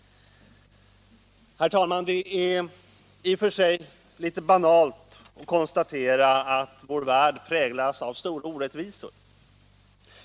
Herr talman! Det är i och för sig litet banalt att konstatera att vår värld präglas av stora orättvisor.